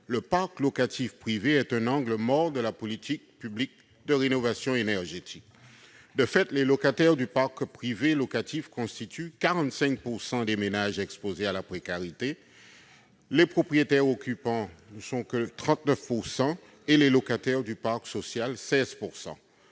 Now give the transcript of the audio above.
le parc locatif privé est un angle mort de la politique publique de rénovation énergétique. De fait, les locataires du parc privé constituent 45 % des ménages exposés à la précarité ; les propriétaires occupants n'en représentent que 39 % et les locataires du parc social, 16 %.